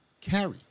carry